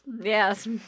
Yes